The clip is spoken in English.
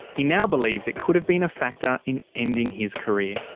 he now believes it could have been a factor in ending his career.